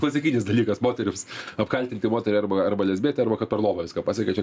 klasikinis dalykas moterims apkaltinti moterį arba arba lesbietė arba kad per lovą viską pasiekė čia